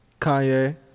Kanye